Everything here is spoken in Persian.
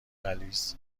غلیظ